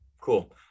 Cool